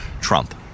Trump